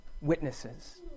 witnesses